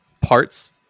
parts